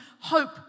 hope